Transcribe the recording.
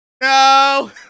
no